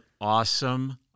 awesome